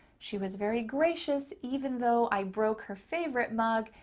she was very gracious even though i broke her favorite mug,